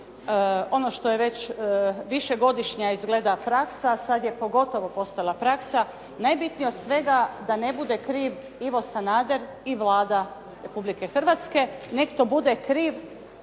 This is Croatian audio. ono što je već višegodišnja izgleda praksa, sada je pogotovo postala praksa. Najbitnije od svega da ne bude kriv Ivo Sanader i Vlada Republike Hrvatske. Neka to bude kriv